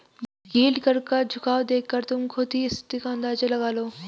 yield curve का झुकाव देखकर तुम खुद ही स्थिति का अंदाजा लगा लो